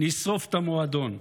נשרוף את המועדון.